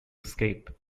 escape